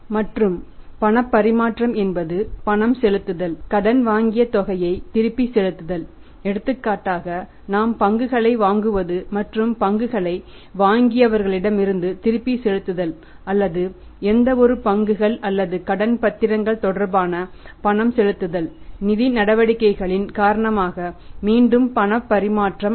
மற்றும் பணப்பரிமாற்றம் என்பது பணம் செலுத்துதல் கடன் வாங்கிய தொகையை திருப்பிச் செலுத்துதல் எடுத்துக்காட்டாக நாம் பங்குகளைத் வாங்குவது மற்றும் பங்குகளை வாங்கியவர்களிடமிருந்து திருப்பிச் செலுத்துதல் அல்லது எந்தவொரு பங்குகள் அல்லது கடன் பத்திரங்கள் தொடர்பான பணம் செலுத்துதல் நிதி நடவடிக்கைகளின் காரணமாக மீண்டும் பணப்பரிமாற்றம் ஆகும்